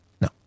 no